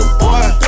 boy